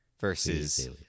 versus